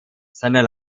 seiner